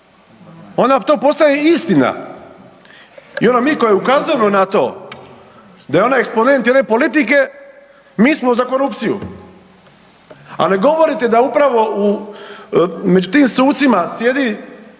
vam to postaje istina. I onda mi koji ukazujemo na to da je ona eksponent jedne politike mi smo za korupciju, a ne govorite da upravo među tim sucima sjedi